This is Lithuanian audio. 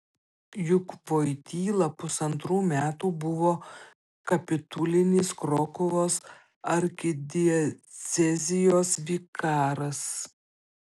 juk voityla pusantrų metų buvo kapitulinis krokuvos arkidiecezijos vikaras